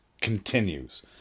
continues